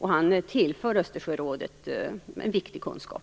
Han tillför Östersjörådet en viktig kunskap.